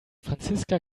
franziska